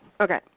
Okay